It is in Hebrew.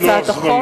יש לוח זמנים,